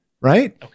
right